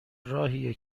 راهیه